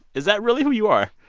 is that really who you are?